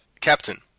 Captain